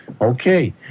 Okay